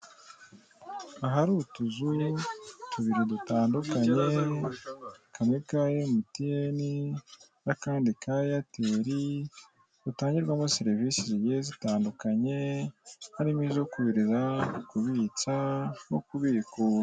Ahari utuzu tubiri dutandukanye kamwe ka emutiyeni n'akandi ka eyateri dutangirwamo serivise zigiye zitandukanye harimo izo kohereza kubitsa no kubikura.